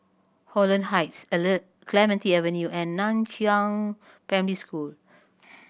Holland Heights Clementi Avenue and Nan Chiau Primary School